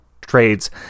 trades